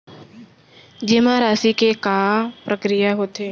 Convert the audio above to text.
जेमा राशि के का प्रक्रिया होथे?